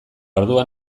orduan